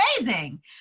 amazing